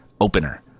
OPENER